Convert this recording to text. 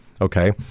Okay